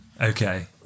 Okay